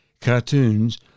Cartoons